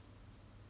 or after that